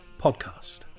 Podcast